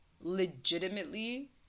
legitimately